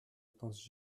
pense